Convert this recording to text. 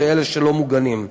ואלה שלא מוגנים.